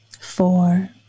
four